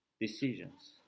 decisions